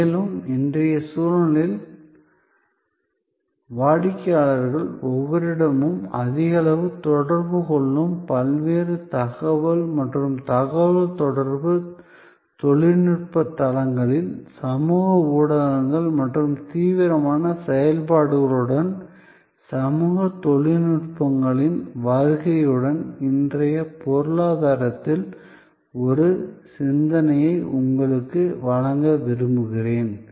மேலும் இன்றைய சூழலில் வாடிக்கையாளர்கள் ஒவ்வொருவரிடமும் அதிகளவு தொடர்பு கொள்ளும் பல்வேறு தகவல் மற்றும் தகவல் தொடர்பு தொழில்நுட்ப தளங்களில் சமூக ஊடகங்கள் மற்றும் தீவிரமான செயல்பாடுகளுடன் சமூக தொழில்நுட்பங்களின் வருகையுடன் இன்றைய பொருளாதாரத்தில் ஒரு சிந்தனையை உங்களுக்கு வழங்க விரும்புகிறேன்